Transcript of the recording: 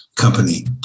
company